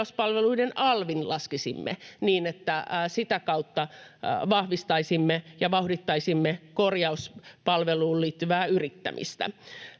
korjauspalveluiden alvin laskisimme niin, että sitä kautta vahvistaisimme ja vauhdittaisimme korjauspalveluun liittyvää yrittämistä.